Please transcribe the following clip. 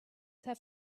have